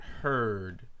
heard